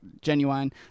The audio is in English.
genuine